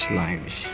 lives